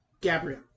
Gabriel